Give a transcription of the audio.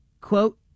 Quote